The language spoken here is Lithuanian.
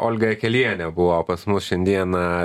olga akelienė buvo pas mus šiandieną